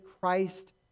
Christ